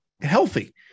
healthy